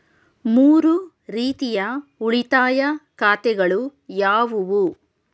ಮೂರು ರೀತಿಯ ಉಳಿತಾಯ ಖಾತೆಗಳು ಯಾವುವು?